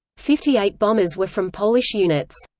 fifty eight bombers were from polish units.